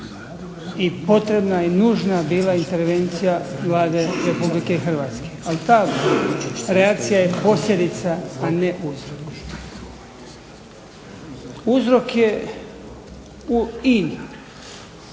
i potrebna i nužna bila intervencija Vlade Republike Hrvatske, ali ta reakcija je posljedica, a ne uzrok. Uzrok je u INA-i